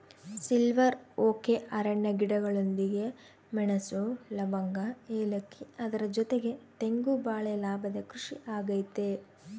silver oak ಅರಣ್ಯ ಗಿಡಗಳೊಂದಿಗೆ ಮೆಣಸು, ಲವಂಗ, ಏಲಕ್ಕಿ ಅದರ ಜೊತೆಗೆ ತೆಂಗು ಬಾಳೆ ಲಾಭದ ಕೃಷಿ ಆಗೈತೆ